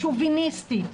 שוביניסטית,